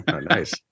Nice